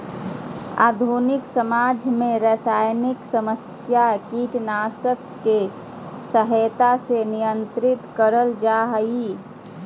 आधुनिक समाज में सरसायन समस्या कीटनाशक के सहायता से नियंत्रित करल जा हई